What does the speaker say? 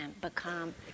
become